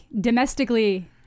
domestically